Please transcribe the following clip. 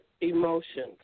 emotions